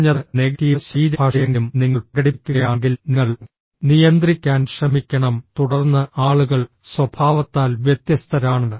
കുറഞ്ഞത് നെഗറ്റീവ് ശരീരഭാഷയെങ്കിലും നിങ്ങൾ പ്രകടിപ്പിക്കുകയാണെങ്കിൽ നിങ്ങൾ നിയന്ത്രിക്കാൻ ശ്രമിക്കണം തുടർന്ന് ആളുകൾ സ്വഭാവത്താൽ വ്യത്യസ്തരാണ്